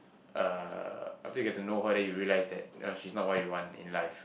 uh after you get to know her then you realized that uh she's not what you want in life